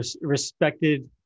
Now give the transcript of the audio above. respected